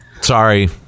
sorry